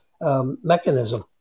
mechanism